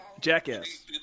jackass